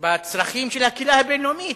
בצרכים של הקהילה הבין-לאומית,